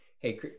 hey